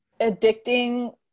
addicting